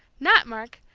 not, mark,